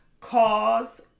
cause